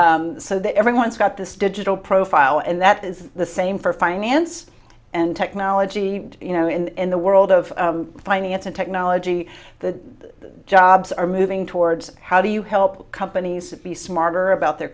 you so that everyone's got this digital profile and that is the same for finance and technology you know in the world of finance and technology the jobs are moving towards how do you help companies be smarter about their